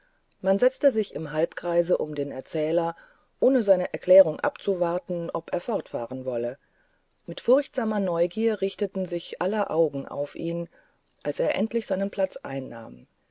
man setzte sich im halbkreise um den erzähler ohne seine erklärung abzuwarten ob er fortfahren wolle mit furchtsamer neugier richteten sich aller augen auf ihn als er endlich seinen platz einnahm